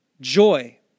joy